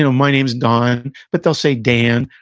you know my name is don, but they'll say dan,